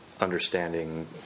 understanding